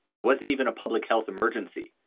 it wasn't even a public health emergency,